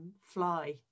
fly